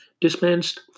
dispensed